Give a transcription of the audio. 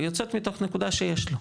היא יוצאת מתוך נקודת הנחה שיש לו.